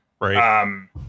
Right